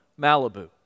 Malibu